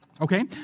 Okay